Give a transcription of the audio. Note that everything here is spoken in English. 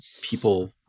people